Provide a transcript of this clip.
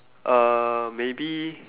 uh maybe